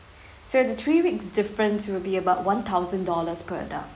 so the three weeks difference will be about one thousand dollars per adult